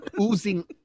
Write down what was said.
oozing